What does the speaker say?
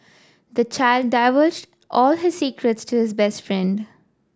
the child divulged all his secrets to his best friend